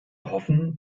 hoffen